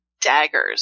daggers